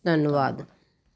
ਧੰਨਵਾਦ